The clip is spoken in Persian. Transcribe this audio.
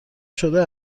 شده